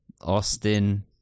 austin